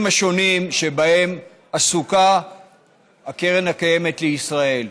השונים שבהם עסוקה הקרן הקיימת לישראל.